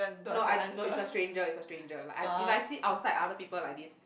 no I no it's a stranger it's a stranger like I if I sit outside other people like this